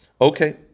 Okay